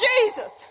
Jesus